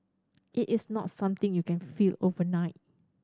it is not something you can feel overnight